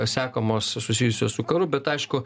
sekamos susijusios su karu bet aišku